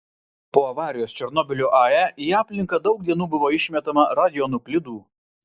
po avarijos černobylio ae į aplinką daug dienų buvo išmetama radionuklidų